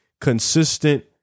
consistent